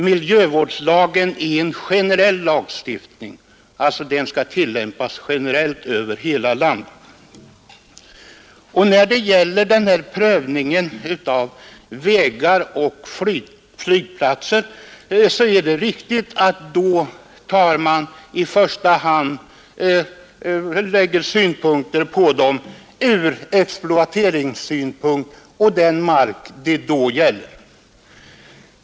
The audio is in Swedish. Miljöskyddslagen skall tillämpas generellt över hela landet. När det gäller den här prövningen av vägar och flygplatser är det riktigt att man i första hand lägger exploateringssynpunkter på dem och den mark det då gäller.